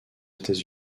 états